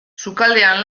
sukaldean